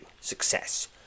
Success